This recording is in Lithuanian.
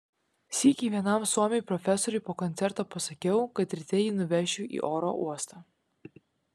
sykį vienam suomiui profesoriui po koncerto pasakiau kad ryte jį nuvešiu į oro uostą